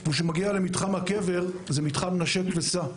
וכאשר הוא מגיע למתחם הקבר זה מתחם "נשק וסע",